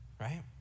right